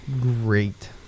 Great